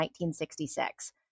1966